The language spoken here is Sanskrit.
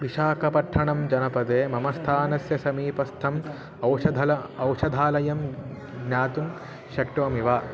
विशाकपट्ठणं जनपदे मम स्थानस्य समीपस्थम् औषधल औषधालयं ज्ञातुं शक्नोमि वा